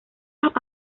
los